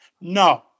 No